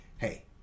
Hey